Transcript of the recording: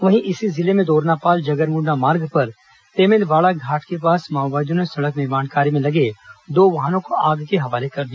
वहीं इसी जिले में दोरनापाल जगरगुंडा मार्ग पर तेमेलवाड़ा घाट के पास माओवादियों ने सड़क निर्माण कार्य में लगे दो वाहनों को आग के हवाले कर दिया